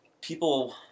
people